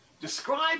Describe